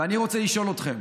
ואני רוצה לשאול אתכם: